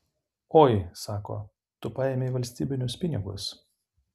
oi sako tu paėmei valstybinius pinigus